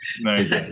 Nice